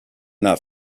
not